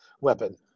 weapon